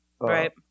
Right